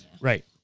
Right